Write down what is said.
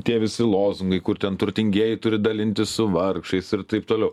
tie visi lozungai kur ten turtingieji turi dalintis su vargšais ir taip toliau